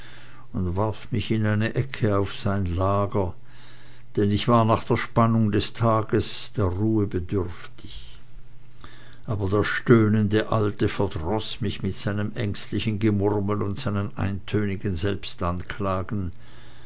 und warf mich in eine ecke auf sein lager denn ich war nach der spannung des tages der ruhe bedürftig aber der stöhnende alte verdroß mich mit seinem ängstlichen gemurmel und seinen eintönigen